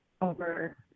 over